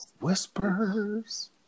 Whispers